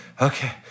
okay